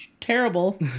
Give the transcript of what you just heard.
terrible